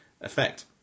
effect